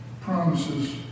promises